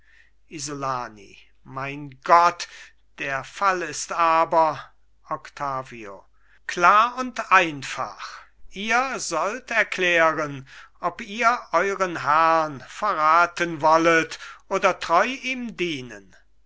isolani mein gott der fall ist aber octavio klar und einfach ihr sollt erklären ob ihr euren herrn verraten wollet oder treu ihm dienen